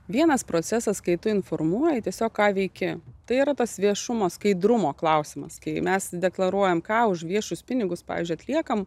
vienas procesas kai tu informuoji tiesiog ką veiki tai yra tas viešumo skaidrumo klausimas kai mes deklaruojam ką už viešus pinigus pavyzdžiui atliekame